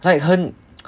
like 很